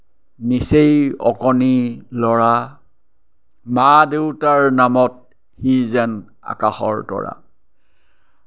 নিচেই অকণি ল'ৰা মা দেউতাৰ নামত সি যেন আকাশৰ তৰা